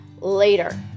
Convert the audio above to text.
later